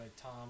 Tom